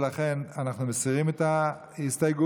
ולכן אנחנו מסירים את ההסתייגות.